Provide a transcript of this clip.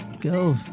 Go